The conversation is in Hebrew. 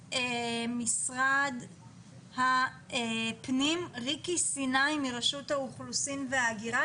משרד הפנים, ריקי סיני מרשות האוכלוסין וההגירה